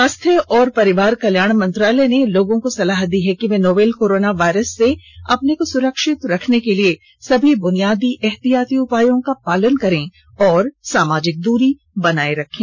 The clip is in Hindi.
स्वास्थ्य और परिवार कल्याण मंत्रालय ने लोगों को सलाह दी है कि वे नोवल कोरोना वायरस से अपने को सुरक्षित रखने के लिए सभी बुनियादी एहतियाती उपायों का पालन करें और सामाजिक दूरी बनाए रखें